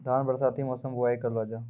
धान बरसाती मौसम बुवाई करलो जा?